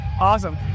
awesome